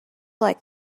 like